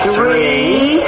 Three